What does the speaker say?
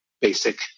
basic